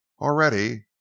Already